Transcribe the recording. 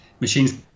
machines